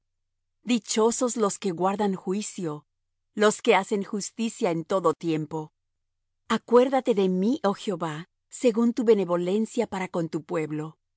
dichosos los que guardan juicio los que hacen justicia en todo tiempo acuérdate de mí oh jehová según tu benevolencia para con tu pueblo